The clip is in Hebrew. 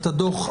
2020,